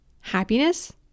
Happiness